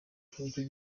iki